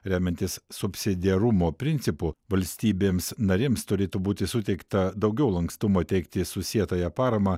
remiantis subsidiarumo principu valstybėms narėms turėtų būti suteikta daugiau lankstumo teikti susietąją paramą